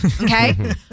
Okay